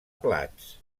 plats